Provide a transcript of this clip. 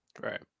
right